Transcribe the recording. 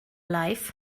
life